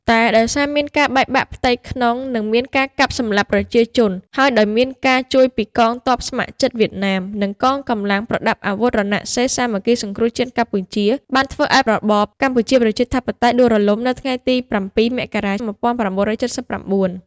តែដោយមានការបែកបាក់ផ្ទៃក្នុងនិងមានការកាប់សម្លាប់ប្រជាជន ហើយដោយមានការជួយពីកងទព័ស្ម័គ្រចិត្ត វៀតណាម និងកងកម្លាំងប្រដាប់អាវុធរណសិរ្យសាមគ្គីសង្គ្រោះជាតិកម្ពុជាបានធ្វើឱ្យរបបកម្ពុជា ប្រជាធិបតេយ្យដួលរលំនៅថ្ងៃ ៧ មករា ១៩៧៩ ។